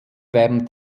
während